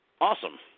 Awesome